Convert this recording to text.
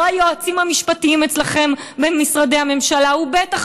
לא על היועצים המשפטיים אצלכם במשרדי הממשלה ובטח